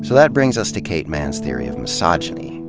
that brings us to kate manne's theory of misogyny.